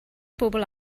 bobl